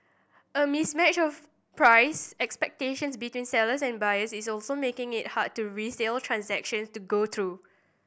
a mismatch of price expectations between sellers and buyers is also making it harder to resale transaction to go through